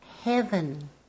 heaven